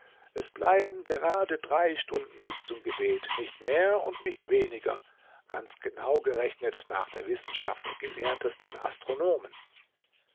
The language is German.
es bleiben gerade drei stunden bis zum gebet nicht mehr und nicht weniger ganz genau gerechnet nach der wissenschaft der gelehrtesten astronomen